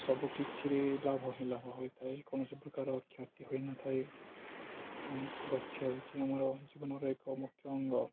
ସବୁ କିଛିରେ ଲାଭ ହଁ ଲାଭ ହୋଇଥାଏ କୌଣସି ପ୍ରକାର କ୍ଷତି ହୋଇନଥାଏ ଏବଂ ଗଛ ହେଉଛି ଆମର ଜୀବନର ଏକ ମୁଖ୍ୟ ଅଙ୍ଗ